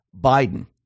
Biden